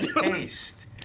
taste